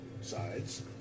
sides